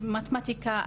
מתמטיקה,